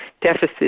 deficit